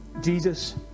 Jesus